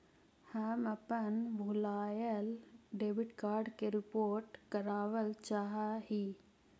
हम अपन भूलायल डेबिट कार्ड के रिपोर्ट करावल चाह ही